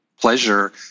pleasure